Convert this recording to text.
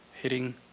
hitting